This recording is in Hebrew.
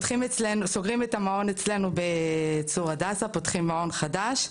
סוגרים את המעון אצלנו בצור הדסה פותחים מעון חדש,